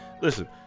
listen